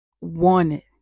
Wanted